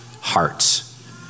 hearts